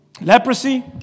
Leprosy